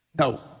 No